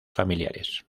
familiares